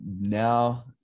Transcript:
now